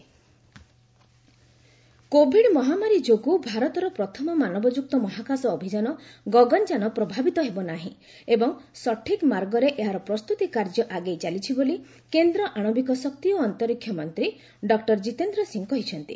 Gaganyaan Covid ମହାମାରୀ ଯୋଗୁଁ ଭାରତର ପ୍ରଥମ ମାନବଯୁକ୍ତ ମହାକାଶ ଅଭିଯାନ ଗଗନଯାନ ପ୍ରଭାବିତ ହେବନାହିଁ ଏବଂ ସଠିକ୍ ମାର୍ଗରେ ଏହାର ପ୍ରସ୍ତୁତି କାର୍ଯ୍ୟ ଆଗେଇ ଚାଲିଛି ବୋଲି କେନ୍ଦ୍ର ଆଣବିକ ଶକ୍ତି ଓ ଅନ୍ତରୀକ୍ଷ ମନ୍ତ୍ରୀ ଡକ୍ଟର ଜିତେନ୍ଦ୍ର ସିଂ କହିଛନ୍ତି